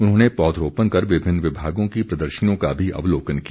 उन्होंने पौधरोपण कर विभिन्न विभागों की प्रदर्शनियों का भी अवलोकन किया